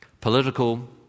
political